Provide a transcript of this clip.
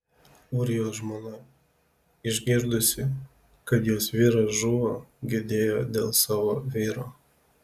ūrijos žmona išgirdusi kad jos vyras žuvo gedėjo dėl savo vyro